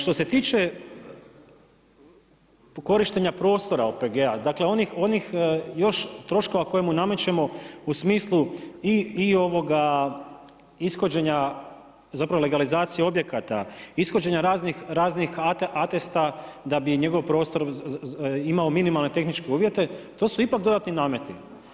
Što se tiče korištenja prostora OPG-a onih još troškova kojima namećemo u smislu ishođenja zapravo legalizaciji objekata, ishođenja raznih atesta, da bi njegov prostor imao minimalne tehničke uvjete, to su ipak dodatni nameti.